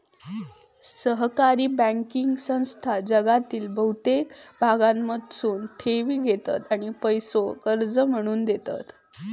सहकारी बँकिंग संस्था जगातील बहुतेक भागांमधसून ठेवी घेतत आणि पैसो कर्ज म्हणून देतत